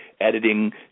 editing